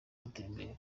gutembera